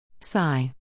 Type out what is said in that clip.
sigh